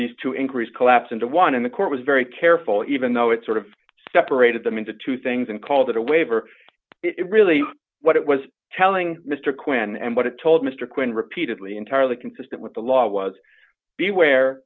these two increase collapse into one and the court was very careful even though it sort of separated them into two things and called it a waiver it really what it was telling mr quinn and what it told mr quinn repeatedly entirely consistent with the law was be aware